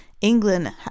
england